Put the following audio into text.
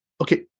okay